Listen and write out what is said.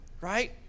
right